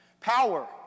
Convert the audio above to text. Power